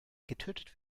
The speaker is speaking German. getötet